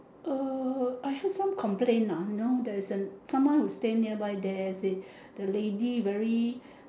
uh I have some complaint ah you know someone who stay nearby there say the lady very